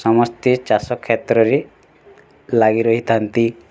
ସମସ୍ତେ ଚାଷ କ୍ଷେତ୍ରରେ ଲାଗି ରହିଥାନ୍ତି